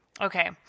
Okay